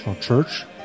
Church